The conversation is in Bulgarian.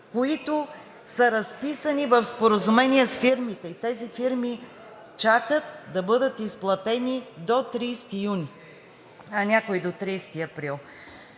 които са разписани в споразумение с фирмите и тези фирми чакат да бъдат изплатени до 30 юни, а някои до 30 април.